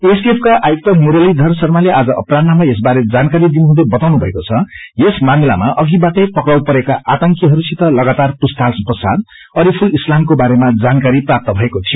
STF का उपायुक्त मुरलीधर शर्माले आज अपरान्हमा यसबारे ाजानकारी दिनुहुँदै बताउनु भएको छ यस ामामिलामा अघिबाटै पक्राउ गपरेका आतंकीहरूसित लगातातर पूछताछ प्रचात अरिफूल इस्लामको बारेमा जानकारी प्राप्त भएको थियो